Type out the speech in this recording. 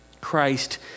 Christ